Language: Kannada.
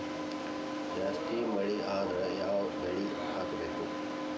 ಜಾಸ್ತಿ ಮಳಿ ಆದ್ರ ಯಾವ ಬೆಳಿ ಹಾಕಬೇಕು?